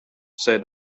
said